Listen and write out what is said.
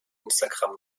instagram